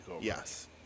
Yes